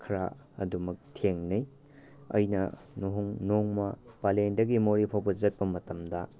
ꯈꯔ ꯑꯗꯨꯃꯛ ꯊꯦꯡꯅꯩ ꯑꯩꯅ ꯅꯣꯡꯃ ꯄꯂꯦꯟꯗꯒꯤ ꯃꯣꯔꯦ ꯐꯥꯎꯕ ꯆꯠꯄ ꯃꯇꯝꯗ